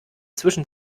zwischen